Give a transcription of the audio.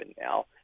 now